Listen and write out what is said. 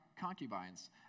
concubines